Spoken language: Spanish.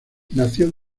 nació